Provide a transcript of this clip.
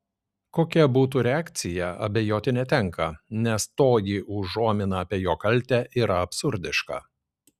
kokia būtų reakcija abejoti netenka nes toji užuomina apie jo kaltę yra absurdiška